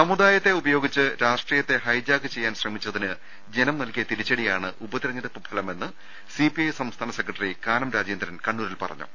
സമുദായത്തെ ഉപയോഗിച്ച് രാഷ്ട്രീയത്തെ ഹൈജാക്ക് ചെയ്യാൻ ശ്രമിച്ചതിന് ജനം നൽകിയ തിരിച്ചടിയാണ് ഉപതെരഞ്ഞെടുപ്പ് ഫലമെന്ന് സിപിഐ സംസ്ഥാന സെക്രട്ടറി കാനം രാജേന്ദ്രൻ കണ്ണൂരിൽ പറഞ്ഞു